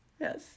Yes